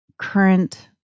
current